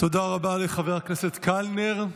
תודה רבה לחבר הכנסת קלנר.